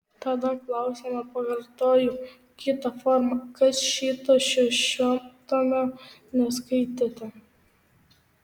tada klausimą pakartoju kita forma kas šito šešiatomio neskaitėte